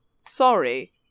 Sorry